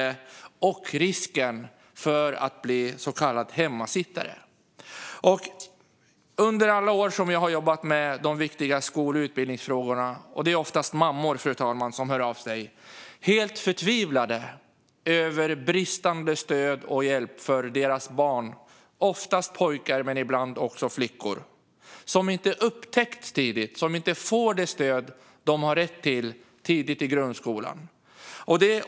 Därmed ökar också risken för att bli en så kallad hemmasittare. Under alla år som jag har jobbat med de viktiga skol och utbildningsfrågorna är det många som har hört av sig, fru talman, och det är oftast mammor. De är helt förtvivlade över det bristande stödet och den bristande hjälpen för sina barn - oftast pojkar men ibland också flickor. Det är barn som inte upptäcks tidigt och som inte får det stöd de har rätt till tidigt i grundskolan.